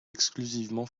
exclusivement